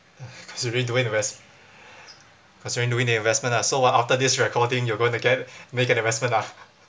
uh considering doing investment considering doing the investment ah so what after this recording you're going to get make an investment ah